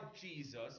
Jesus